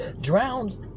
Drowned